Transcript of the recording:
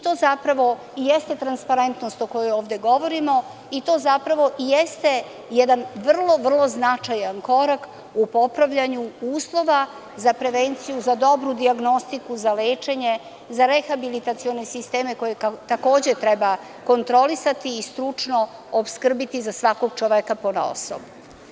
To zapravo i jeste transparentnost o kojoj ovde govorimo i to zapravo i jeste jedan vrlo, vrlo značajan korak u popravljanju uslova za prevenciju, za dobru dijagnostiku, za lečenje, za rehabilitacione sisteme koje takođe treba kontrolisati i stručno opskrbiti za svakog čoveka ponaosob.